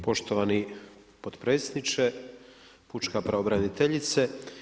Poštovani potpredsjedniče, pučka pravobraniteljice.